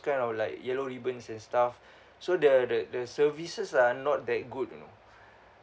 kind of like yellow ribbons and stuff so the the the services are not that good you know